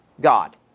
God